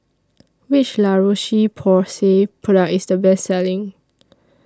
Which La Roche Porsay Product IS The Best Selling